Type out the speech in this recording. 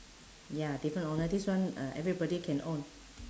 ya different owner this one uh everybody can own